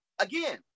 Again